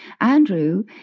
Andrew